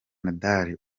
nadal